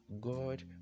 God